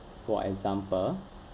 for example